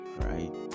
right